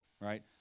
right